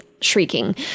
shrieking